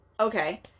Okay